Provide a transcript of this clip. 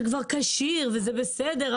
שכבר כשיר וזה בסדר,